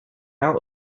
out